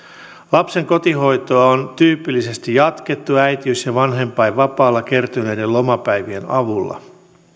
lapsen kotihoitoa on tyypillisesti jatkettu äitiys ja vanhempainvapaalla kertyneiden lomapäivien avulla